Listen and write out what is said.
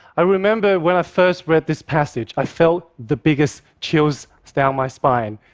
i remember when i first read this passage. i felt the biggest chills down my spine.